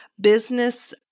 business